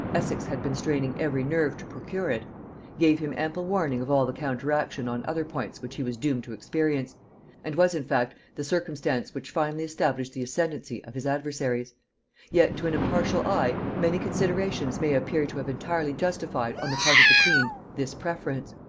essex had been straining every nerve to procure it gave him ample warning of all the counteraction on other points which he was doomed to experience and was in fact the circumstance which finally established the ascendency of his adversaries yet to an impartial eye many considerations may appear to have entirely justified on the part of the queen this preference.